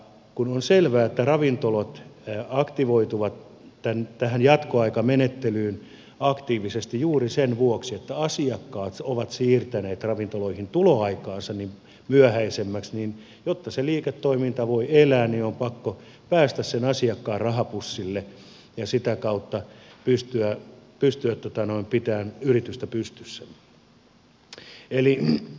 kun on selvää että ravintolat aktivoituvat tähän jatkoaikamenettelyyn aktiivisesti juuri sen vuoksi että asiakkaat ovat siirtäneet ravintolaan tuloaikaansa myöhäisemmäksi niin jotta se liiketoiminta voi elää on pakko päästä sen asiakkaan rahapussille ja sitä kautta pystyä pitämään yritystä pystyssä